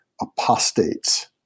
Apostates